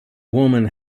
woman